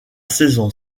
saison